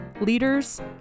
leaders